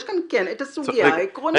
יש כאן כן סוגיה עקרונית.